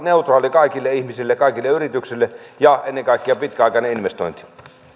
kaikille ihmisille kaikille yrityksille ja ennen kaikkea pitkäaikainen investointi